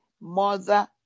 mother